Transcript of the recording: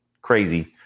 Crazy